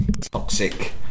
toxic